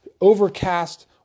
overcast